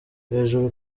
hejuru